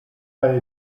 pas